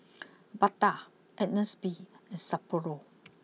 Bata Agnes B and Sapporo